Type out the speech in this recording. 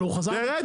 רבותיי,